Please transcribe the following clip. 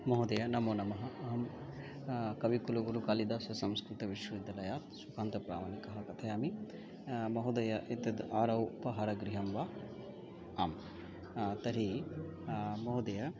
महोदय नमो नमः अहं कविकुलगुरुकालिदाससंस्कृतविश्वविद्यालयात् सुखान्तप्रामानिकः कथयामि महोदय एतद् आरौ उपहारगृहं वा आम् तर्हि महोदय